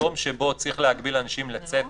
במקום שבו צריך להגביל אנשים לצאת מהבית,